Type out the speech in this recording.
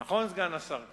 נכון, סגן השר כהן?